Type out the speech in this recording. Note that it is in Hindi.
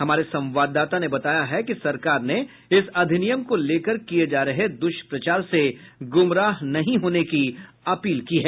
हमारे संवाददाता ने बताया है कि सरकार ने इस अधिनियम को लेकर किए जा रहे द्वष्प्रचार से गूमराह नहीं होने की अपील की है